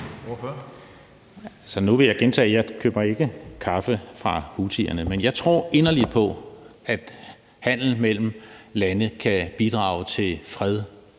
Bach (RV): Nu vil jeg gentage, at jeg ikke køber kaffe af houthierne. Men jeg tror inderligt på, at handel mellem lande kan bidrage til fred,